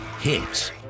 hits